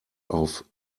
auf